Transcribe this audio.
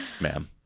ma'am